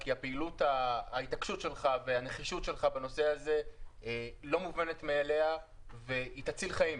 כי ההתעקשות והנחישות שלך בנושא הזה היא לא מובנת מאליה והיא תציל חיים.